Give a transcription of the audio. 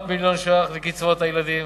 700 מיליון שקלים לקצבאות הילדים.